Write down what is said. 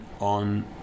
on